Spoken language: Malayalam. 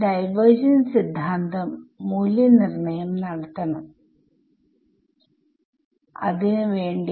വിദ്യാർത്ഥി അതേ ഞാൻ നെ i ആയി എടുത്താൽ ഇത് ആണ്